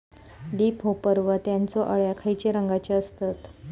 Leaf hopper व त्यानचो अळ्या खैचे रंगाचे असतत?